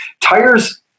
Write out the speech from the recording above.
tires